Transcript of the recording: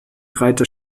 reiter